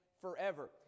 forever